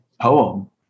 poem